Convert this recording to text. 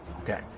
Okay